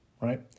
right